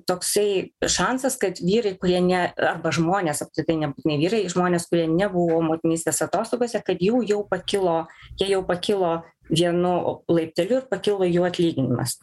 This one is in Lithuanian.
toksai šansas kad vyrai kurie ne arba žmonės apskritai nebūtinai vyrai žmonės kurie nebuvo motinystės atostogose kad jų jau pakilo jie jau pakilo vienu laipteliu ir pakilo jų atlyginimas